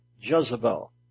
Jezebel